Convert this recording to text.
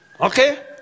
Okay